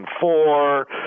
four